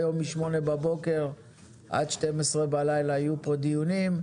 היום מ-8:00 בבוקר עד 12:00 בלילה יהיו כאן דיונים.